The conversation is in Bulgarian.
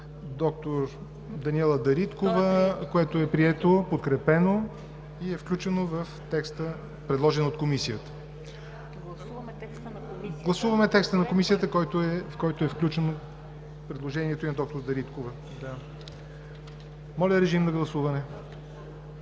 на д-р Даниела Дариткова, което е прието, подкрепено, и е включено в текста, предложен от Комисията. Гласуваме текста на Комисията, в който е включено предложението и на д-р Дариткова. Гласували